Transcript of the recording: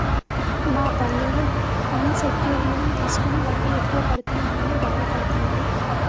మా బంధువులు unsecured loan తీసుకుని వడ్డీ ఎక్కువ కడుతున్నామని బాధపడుతున్నరు